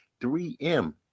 3M